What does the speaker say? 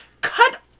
cut